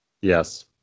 Yes